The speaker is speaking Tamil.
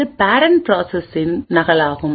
அது பேரண்ட் ப்ராசஸின் நகலாகும்